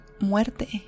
muerte